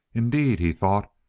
indeed, he thought,